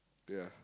ya